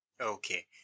Okay